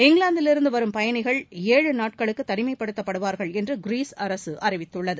இங்கிலாந்திலிருந்து வரும் பயணிகள் ஏழு நாட்களுக்கு தனிமைப்படுத்தப்படுவார்கள் என்று கிரீஸ் அரசு அறிவித்துள்ளது